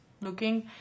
looking